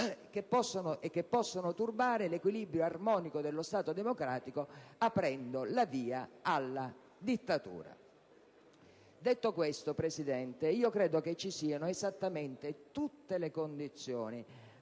che possono turbare l'equilibrio armonico dello Stato democratico aprendo la via alla dittatura. Detto questo, signor Presidente, credo ci siano tutte le condizioni,